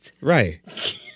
right